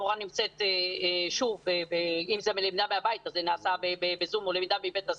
אם זה בלמידה מהבית,